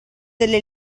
delle